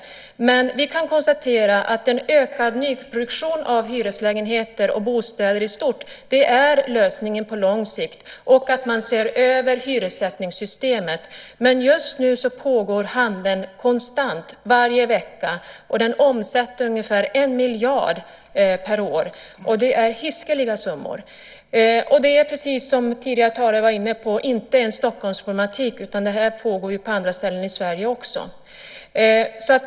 Vi kan emellertid konstatera att lösningen på lång sikt är en ökad nyproduktion av hyreslägenheter och bostäder i stort samt en översyn av hyressättningssystemet. Nu pågår en konstant svarthandel, varje vecka. Den omsätter ungefär 1 miljard per år. Det är alltså fråga om hiskliga summor, och precis som tidigare talare var inne på är detta inte en Stockholmsproblematik, utan det pågår också på andra håll i landet.